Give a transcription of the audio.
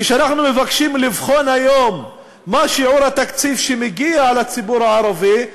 כשאנחנו מבקשים לבחון היום מה שיעור התקציב שמגיע אל הציבור הערבי,